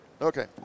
okay